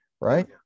right